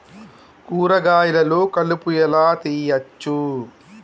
కూరగాయలలో కలుపు ఎలా తీయచ్చు?